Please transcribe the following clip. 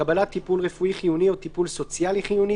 קבלת טיפול רפואי חיוני או טיפול סוציאלי חיוני,